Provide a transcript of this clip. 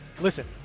Listen